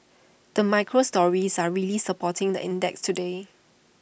the micro stories are really supporting the index today